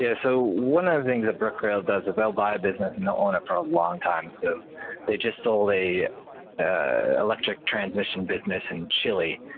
yeah so one of the things brookfield does is, they'll buy a business and they'll own it for a long time. so they just sold an electric transmission business in chile.